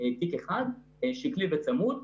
תיק אחד שקלי וצמוד,